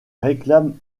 réclame